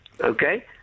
Okay